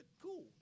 cool